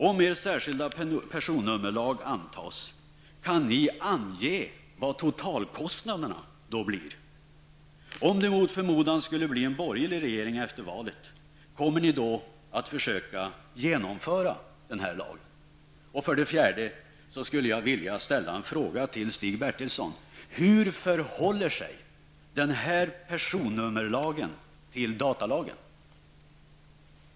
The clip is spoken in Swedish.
Om er särskilda personnummerlag antas, kan ni ange vad totalkostnaderna då blir? Om det mot förmodan skulle bli en borgerlig regering efter valet, kommer ni då att försöka att få igenom denna lag? Hur förhåller sig personnummerlagen till datalagen?